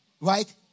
right